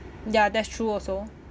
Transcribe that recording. ya that's true also